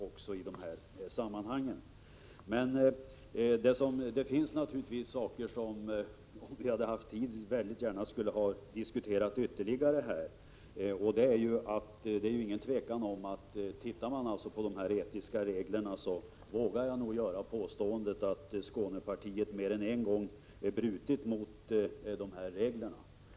11 december 1987 Det finns naturligtvis saker som vi här, om vi hade haft tid, gärna skulleha — J--— a foo. te; kunnat diskutera ytterligare. Det är ju inte något tvivel om att Skånepartiet — det vågar jag nog påstå — mer än en gång har brutit mot de etiska reglerna.